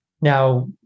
Now